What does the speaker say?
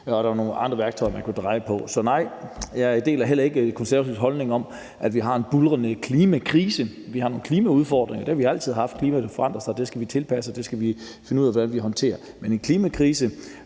at der er nogle andre værktøjer, man kunne dreje på. Så nej, jeg deler heller ikke Konservatives holdning om, at vi har en buldrende klimakrise. Vi har nogle klimaudfordringer, og det har vi altid haft. Klimaet forandrer sig, og det skal vi tilpasse os og finde ud af hvordan vi håndterer. Men nej til en klimakrise,